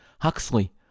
Huxley